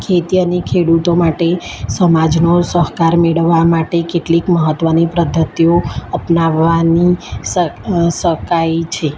ખેત યાની ખેડૂતો માટે સમાજનો સહકાર મેળવવા માટે કેટલીક મહત્ત્વની પધ્ધતિઓ અપનાવાની શકાય છે